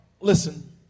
listen